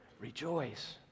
rejoice